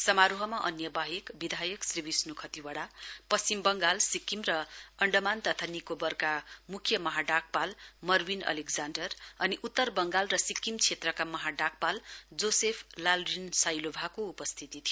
समारोहमा अन्यबाहेक विधायक श्री विष्ण् खतिवडा पश्चिम बगाल सिक्किम र अण्डामान निकोबरका म्ख्य महाडाकपाल मर्विन अलेकजाण्डर उतर बंगाल र सिक्किम क्षेत्रका महाडाकपाल जोसेफ लालरिनसाइलोभाको उपस्थिति थियो